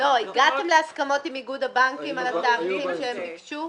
הגעתם להסכמות עם איגוד הבנקים על התאריך שהם ביקשו?